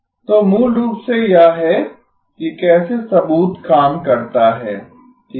तो मूल रूप से यह है कि कैसे सबूत काम करता है ठीक है